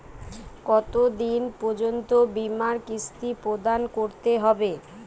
কতো দিন পর্যন্ত বিমার কিস্তি প্রদান করতে হবে?